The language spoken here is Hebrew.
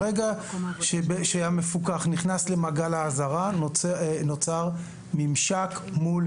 ברגע שהמפוקח נכנס למעגל האזהרה, נוצר ממשק מול